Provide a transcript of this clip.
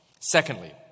Secondly